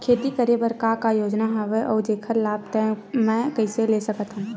खेती करे बर का का योजना हवय अउ जेखर लाभ मैं कइसे ले सकत हव?